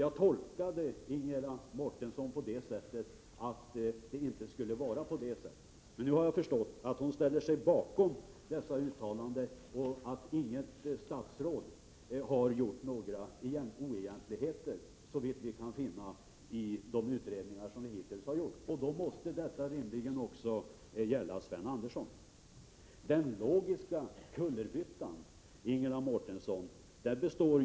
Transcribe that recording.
Jag tolkade först Ingela Mårtensson så, att det inte skulle vara på det sättet, men nu har jag förstått att hon ställer sig bakom uttalandet att inget statsråd begått några oegentligheter såvitt vi kunnat finna i de utredningar som hittills har gjorts. Då måste detta rimligtvis gälla också Sven Andersson. Den logiska kullerbyttan består i följande.